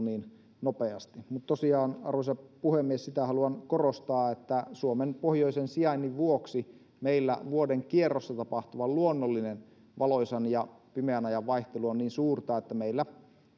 niin nopeasti tosiaan arvoisa puhemies sitä haluan korostaa että suomen pohjoisen sijainnin vuoksi meillä vuodenkierrossa tapahtuva luonnollinen valoisan ja pimeän ajan vaihtelu on niin suurta että meillä